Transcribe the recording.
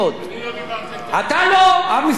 אתה לא, המפלגה שלך מדברת.